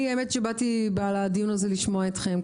אני האמת שבאתי לדיון הזה לשמוע אתכם.